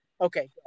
Okay